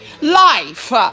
life